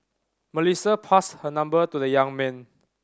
Melissa passed her number to the young man